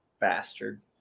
Bastard